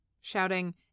shouting